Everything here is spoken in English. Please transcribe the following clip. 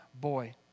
boy